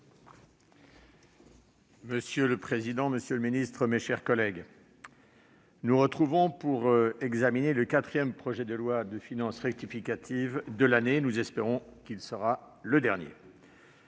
Monsieur le président, monsieur le ministre, mes chers collègues, nous sommes saisis d'un quatrième projet de loi de finances rectificative pour 2020 ; nous espérons qu'il sera le dernier.